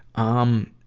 um,